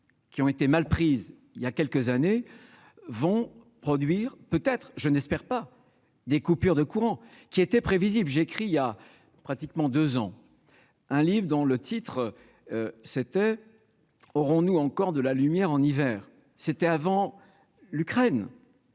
qui ont été mal prise il y a quelques années vont produire peut-être je n'espère pas des coupures de courant qui était prévisible, j'ai écrit il y a pratiquement 2 ans un livre dont le titre c'était aurons-nous encore de la lumière en hiver,